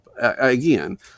again